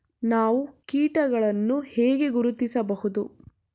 ನಾವು ಕೀಟಗಳನ್ನು ಹೇಗೆ ಗುರುತಿಸಬಹುದು?